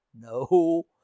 No